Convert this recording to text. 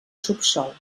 subsòl